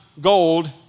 gold